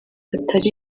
atari